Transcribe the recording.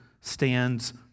stands